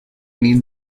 need